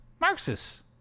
Marxists